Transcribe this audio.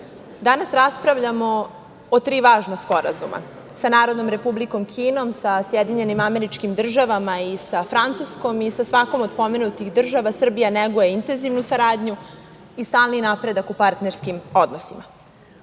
danas raspravljamo o tri važna sporazuma: sa Narodnom Republikom Kinom, sa SAD i sa Francuskom, i sa svakom od pomenutih država Srbija neguje intenzivnu saradnju i stalni napredak u partnerskim